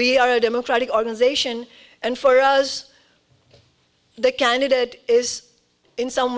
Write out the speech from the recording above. we are a democratic organization and for us the candidate is in some